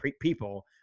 people